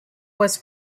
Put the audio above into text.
was